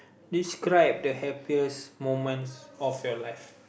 describe the happiest moments of your life